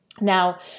now